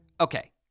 Okay